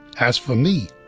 as for me,